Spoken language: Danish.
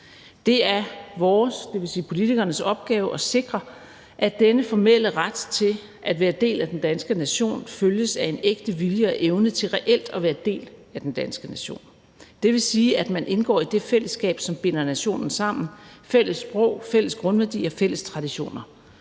Det er vores – dvs. politikernes – opgave at sikre, at denne formelle ret til at være del af den danske nation følges af en ægte vilje og evne til reelt at være en del af den danske nation. Det vil sige, at man indgår i dette fællesskab, som binder nationen sammen: fælles sprog, fælles grundværdier og fælles traditioner.